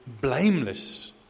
blameless